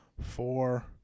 four